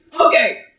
okay